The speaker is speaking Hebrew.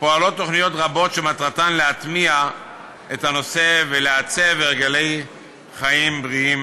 פועלות תוכניות רבות שמטרתן להטמיע את הנושא ולעצב הרגלי חיים בריאים,